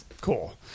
cool